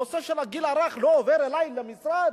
הנושא של הגיל הרך לא עובר אלי למשרד,